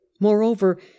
Moreover